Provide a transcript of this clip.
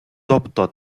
тобто